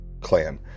Clan